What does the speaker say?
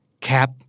Cap